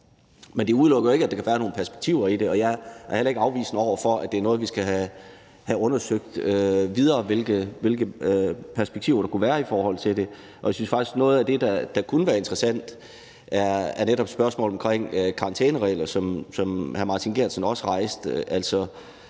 Men det udelukker jo ikke, at der kan være nogle perspektiver i det, og jeg er heller ikke afvisende over for, at det er noget, vi skal have undersøgt videre, altså hvilke perspektiver der kunne være i det. Og jeg synes faktisk, at noget af det, der kunne være interessant, netop er spørgsmålet omkring karantæneregler, som hr. Martin Geertsen også rejste.